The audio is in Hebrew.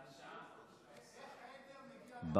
איך עדר מגיע לחוף מבטחים, גב'